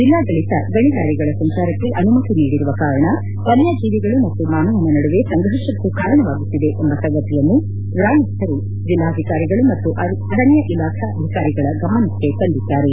ಜಿಲ್ಲಾಡಳಿತ ಗಣಿ ಲಾರಿಗಳ ಸಂಚಾರಕ್ಷೆ ಅನುಮತಿ ನೀಡಿರುವ ಕಾರಣ ವನ್ನ ಜೀವಿಗಳು ಮತ್ತು ಮಾನವ ನಡುವೆ ಸಂರ್ಘಷಕ್ಕೂ ಕಾರಣವಾಗುತ್ತಿದೆ ಎಂಬ ಸಂಗತಿಯನ್ನು ಗ್ರಾಮಸ್ವರು ಜಿಲ್ಲಾಧಿಕಾರಿಗಳು ಮತ್ತು ಅರಣ್ಯಾ ಇಲಾಖೆ ಅಧಿಕಾರಿಗಳ ಗಮನಕ್ಕೆ ತಂದಿದ್ದಾರೆ